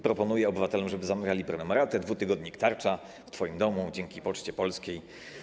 Proponuję obywatelom, żeby zamawiali prenumeratę: dwutygodnik „Tarcza” w twoim domu dzięki Poczcie Polskiej.